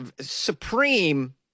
supreme